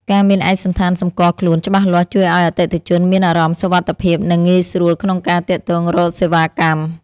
ការមានឯកសណ្ឋានសម្គាល់ខ្លួនច្បាស់លាស់ជួយឱ្យអតិថិជនមានអារម្មណ៍សុវត្ថិភាពនិងងាយស្រួលក្នុងការទាក់ទងរកសេវាកម្ម។